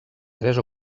tres